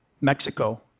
Mexico